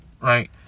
Right